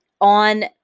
on